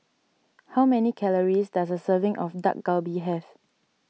how many calories does a serving of Dak Galbi have